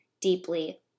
deeply